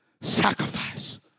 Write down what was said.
sacrifice